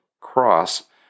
cross